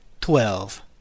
twelve